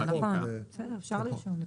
זה נכון, אפשר לרשום.